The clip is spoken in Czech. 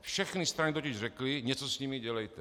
Všechny strany totiž řekly: něco s nimi dělejte.